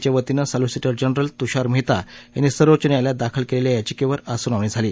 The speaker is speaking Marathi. च्या वतीनं सॉलिसिटर जनरल तुषार महत्ता यांनी सर्वोच्च न्यायालयात दाखल क्लिख्खा याचिक्ख् आज सुनावणी झाली